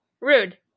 Rude